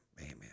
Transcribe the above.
amen